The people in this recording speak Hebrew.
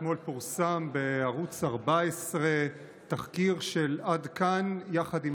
אתמול פורסם בערוץ 14 תחקיר של עד כאן יחד עם